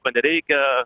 ko nereikia